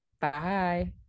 bye